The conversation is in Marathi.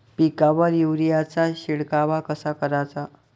पिकावर युरीया चा शिडकाव कसा कराचा?